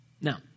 Now